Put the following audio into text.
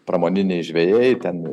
pramoniniai žvejai ten